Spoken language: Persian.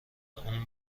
اون